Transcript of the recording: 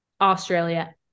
australia